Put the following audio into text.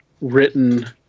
written –